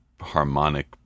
harmonic